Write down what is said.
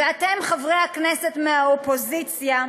ואתם, חברי הכנסת מהאופוזיציה,